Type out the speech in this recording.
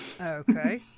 Okay